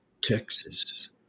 Texas